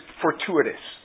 fortuitous